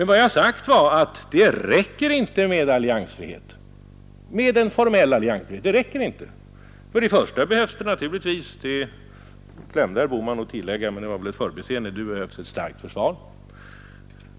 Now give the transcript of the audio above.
Vad jag sade var, att det inte räcker med en formell alliansfrihet. Naturligtvis behövs det först och främst — det sade inte herr Bohman, men det var väl ett förbiseende — ett starkt försvar.